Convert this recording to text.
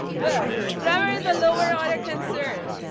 but grammar is a lower order concern.